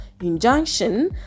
injunction